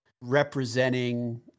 representing